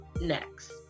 next